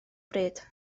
bryd